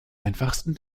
einfachsten